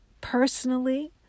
personally